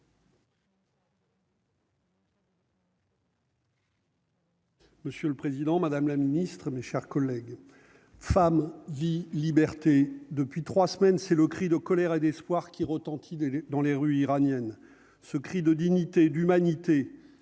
Monsieur le Président, Madame la Ministre, mes chers collègues, femme vie liberté depuis 3 semaines, c'est le cri de colère et d'espoir qui retentit dans les rues iraniennes ce cri de dignité et d'humanité,